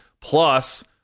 plus